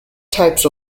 types